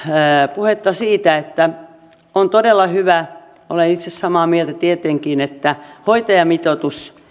puhetta siitä että on todella hyvä olen itse samaa mieltä tietenkin että hoitajamitoitus